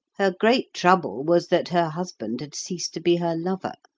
her great trouble was that her husband had ceased to be her lover.